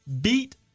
beat